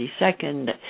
22nd